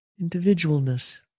individualness